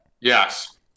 yes